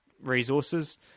resources